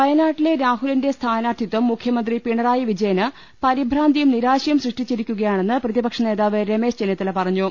വയനാട്ടിലെ രാഹുലിന്റെ സ്ഥാനാർത്ഥിത്വം മുഖ്യമന്ത്രി പിണറായി വിജയന് പരിഭ്രാന്തിയും നിരാശയും സൃഷ്ടിച്ചിരിക്കുകയാണെന്ന് പ്രതിപക്ഷ നേതാവ് രമേശ് ചെന്നിത്തല പറഞ്ഞു